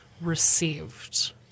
received